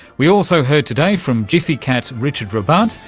we also heard today from gfycat's richard rabbat,